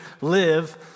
live